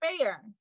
fair